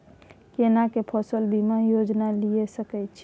केना के फसल बीमा योजना लीए सके छी?